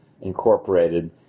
incorporated